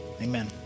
Amen